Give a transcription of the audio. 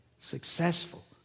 successful